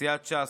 סיעת ש"ס,